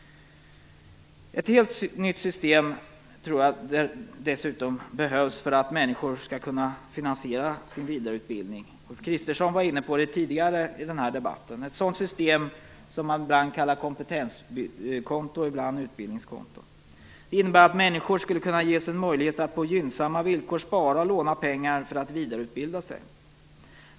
Ett helt nytt system tror jag dessutom behövs för att människor skall kunna finansiera sin vidareutbildning. Ulf Kristersson var inne på det tidigare i den här debatten. Ett sådant system som man ibland kallar kompetenskonto ibland utbildningskonto innebär att människor skulle kunna ges en möjlighet att på gynnsamma villkor spara och låna pengar för att vidareutbilda sig.